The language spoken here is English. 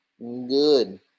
Good